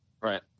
Right